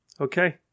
Okay